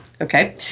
okay